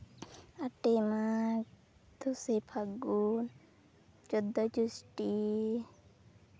ᱟᱴᱮᱭ ᱢᱟᱜᱽ ᱫᱚᱥᱮ ᱯᱷᱟᱹᱜᱩᱱ ᱪᱳᱫᱽᱫᱳᱭ ᱡᱳᱥᱴᱤ